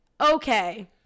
Okay